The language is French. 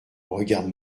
regarde